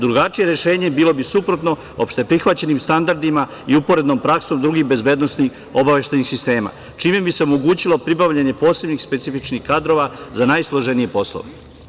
Drugačije rešenje bilo bi suprotno opšte prihvaćenim standardima i uporednom praksom drugih bezbednosnih obaveštajnih sistema, čime bi se omogućilo pribavljanje posebnih specifičnih kadrova za najsloženije poslove.